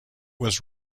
was